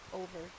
over